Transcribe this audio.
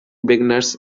beginners